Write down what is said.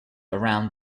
around